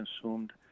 consumed